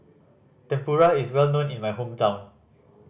tempura is well known in my hometown